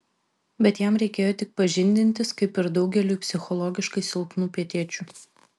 bet jam reikėjo tik pažindintis kaip ir daugeliui psichologiškai silpnų pietiečių